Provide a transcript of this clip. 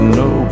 no